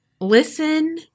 listen